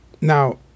Now